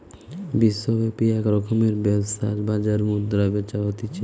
বিশ্বব্যাপী এক রকমের ব্যবসার বাজার মুদ্রা বেচা হতিছে